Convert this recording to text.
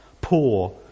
poor